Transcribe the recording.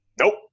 Nope